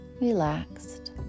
relaxed